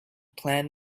plan